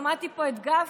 שמעתי פה את גפני,